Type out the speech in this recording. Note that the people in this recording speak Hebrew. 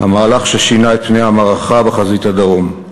המהלך ששינה את פני המערכה בחזית הדרום.